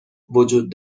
وجود